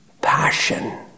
passion